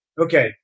Okay